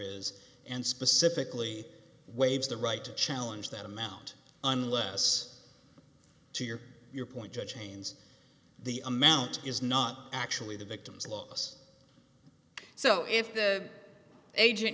is and specifically waives the right to challenge that amount unless to your your point judge means the amount is not actually the victim's loss so if the agent